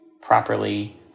properly